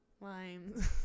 Limes